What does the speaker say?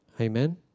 Amen